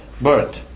bird